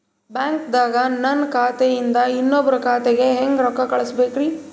ಬ್ಯಾಂಕ್ದಾಗ ನನ್ ಖಾತೆ ಇಂದ ಇನ್ನೊಬ್ರ ಖಾತೆಗೆ ಹೆಂಗ್ ರೊಕ್ಕ ಕಳಸಬೇಕ್ರಿ?